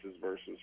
versus